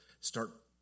start